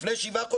לפני שבעה חודשים.